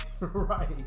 Right